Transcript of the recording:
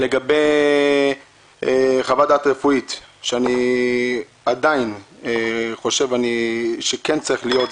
לגבי חוות דעת רפואית אני עדיין חושב שהיא כן צריכה להיות.